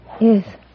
Yes